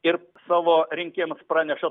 ir savo rinkėjams praneša